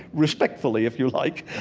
respectfully, if you like,